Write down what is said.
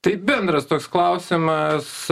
tai bendras toks klausimas